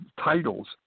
titles